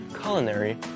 culinary